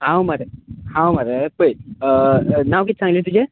हांव मरे हांव मरे पळय नांव किते सांगले तुजें